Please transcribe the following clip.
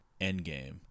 Endgame